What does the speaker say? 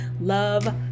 love